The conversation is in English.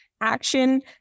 Action